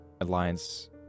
alliance